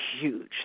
huge